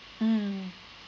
mm